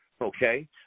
okay